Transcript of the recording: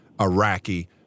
Iraqi